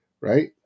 right